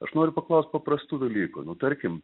aš noriu paklaust paprastų dalykų nu tarkim